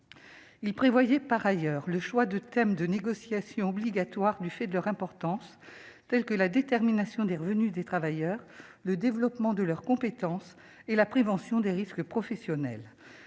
Ils prévoyaient par ailleurs des thèmes de négociation obligatoires, tels que la détermination des revenus des travailleurs, le développement de leurs compétences, la prévention des risques professionnels,